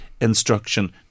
instruction